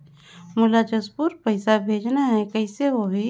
मोला जशपुर पइसा भेजना हैं, कइसे होही?